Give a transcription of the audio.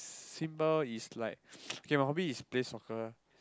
symbol is like okay my hobby is play soccer